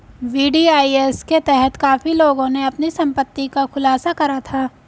VDIS के तहत काफी लोगों ने अपनी संपत्ति का खुलासा करा था